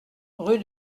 rue